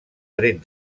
tret